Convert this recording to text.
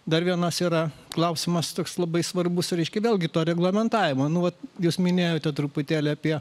dar vienas yra klausimas toks labai svarbus reiškia vėlgi to reglamentavimo nu vat jūs minėjote truputėlį apie